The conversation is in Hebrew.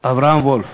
אברהם וולף,